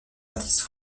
artistes